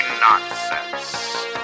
nonsense